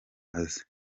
aze